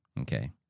Okay